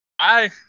Hi